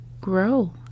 grow